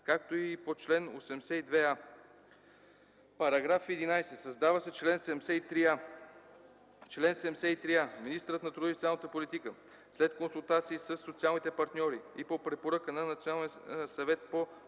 както и по чл. 82а.” § 11. Създава се чл. 73а: „Чл. 73а. Министърът на труда и социалната политика след консултации със социалните партньори и по препоръка на Националния съвет по трудова